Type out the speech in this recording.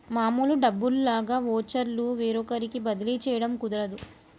మామూలు డబ్బుల్లాగా వోచర్లు వేరొకరికి బదిలీ చేయడం కుదరదు